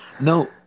No